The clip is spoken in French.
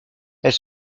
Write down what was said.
elles